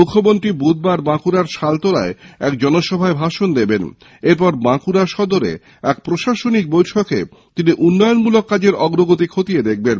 মুখ্যমন্ত্রী বুধবার বাঁকুড়ার শালতোরায় এক জনসভায় ভাষণ দেবেন এরপরে বাঁকুড়া সদরে এক প্রশাসনিক বৈঠকে তিনি জেলার উন্নয়ন মূলক কাজের অগ্রগতি খতিয়ে দেখবেন